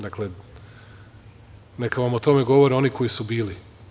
Dakle, neka vam o tome govore oni koji su bili.